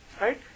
Right